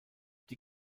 die